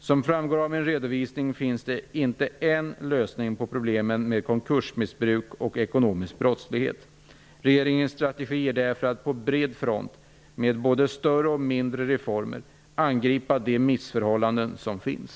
Som framgår av min redovisning finns det inte en lösning på problemen med konkursmissbruk och ekonomisk brottslighet. Regeringens strategi är därför att på bred front, med både större och mindre reformer, angripa de missförhållanden som finns.